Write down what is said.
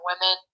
women